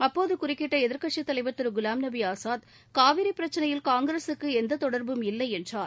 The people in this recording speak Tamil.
அப்போது குறுக்கிட்ட எதிர்க்கட்சித் தலைவர் திரு குலாம்நபி ஆஸாத் காவிரி பிரச்சினையில் காங்கிரஸுக்கு எந்த தொடர்பும் இல்லை என்றார்